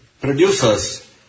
Producers